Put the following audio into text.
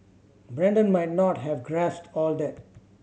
Brandon might not have grasped all that